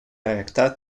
ayakta